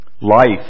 Life